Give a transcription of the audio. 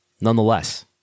Nonetheless